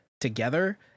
together